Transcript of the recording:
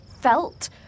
felt